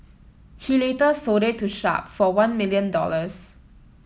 he later sold it to Sharp for one million dollars